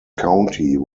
county